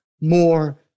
more